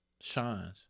shines